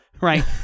right